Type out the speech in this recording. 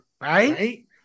Right